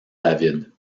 david